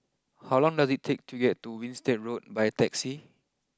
how long does it take to get to Winstedt Road by taxi